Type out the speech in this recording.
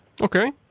Okay